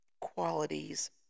qualities